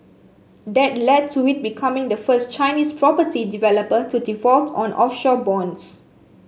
that lead to it becoming the first Chinese property developer to default on offshore bonds